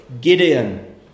Gideon